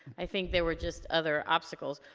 i think they were just other obstacles.